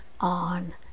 on